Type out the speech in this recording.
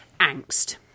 angst